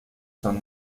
son